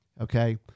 okay